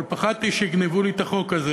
אבל פחדתי שיגנבו לי את החוק הזה,